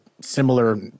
similar